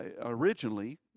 originally